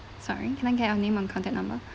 sorry can I get your name and contact number